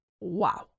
wow